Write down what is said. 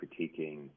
critiquing